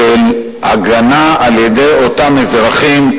להגנה על-ידי אותם אזרחים,